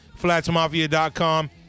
FlatsMafia.com